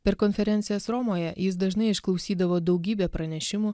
per konferencijas romoje jis dažnai išklausydavo daugybę pranešimų